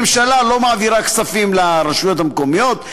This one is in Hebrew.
הממשלה לא מעבירה כספים לרשויות המקומיות.